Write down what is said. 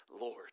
Lord